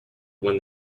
when